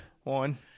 one